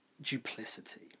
duplicity